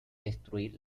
destruir